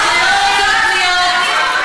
חצופה,